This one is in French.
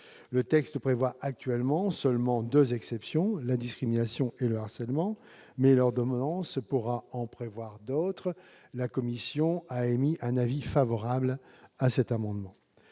Le texte prévoit actuellement seulement deux exceptions : la discrimination et le harcèlement. Mais l'ordonnance pourra en prévoir d'autres. La commission émet un avis favorable sur cet amendement.